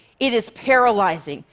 it is paralyzing.